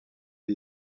les